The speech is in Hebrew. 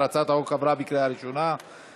ההצעה להעביר את הצעת חוק לתיקון פקודת מס הכנסה (מס' 229)